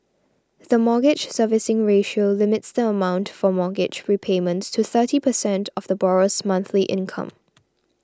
the Mortgage Servicing Ratio limits the amount for mortgage repayments to thirty percent of the borrower's monthly income